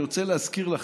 אני רוצה להזכיר לכם,